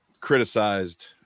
criticized